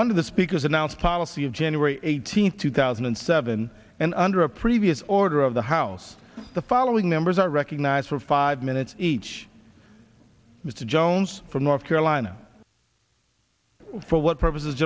under the speaker's announced policy of january eighteenth two thousand and seven and under a previous order of the house the following members are recognized for five minutes each mr jones from north carolina for what purposes